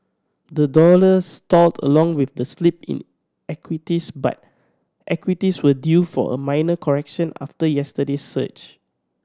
the dollar stalled along with the slip in equities but equities were due for a minor correction after yesterday's surge